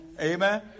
Amen